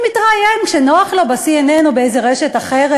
הוא מתראיין, כשנוח לו, ב-CNN או באיזו רשת אחרת,